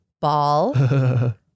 Ball